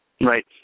Right